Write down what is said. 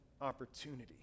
opportunity